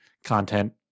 content